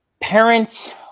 parents